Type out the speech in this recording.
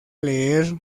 leer